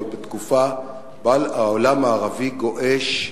ועוד בתקופה שבה העולם הערבי גועש,